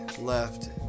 left